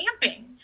camping